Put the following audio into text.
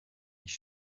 ich